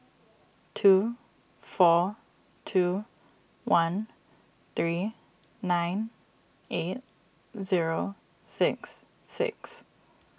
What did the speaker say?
two four two one three nine eight zero six six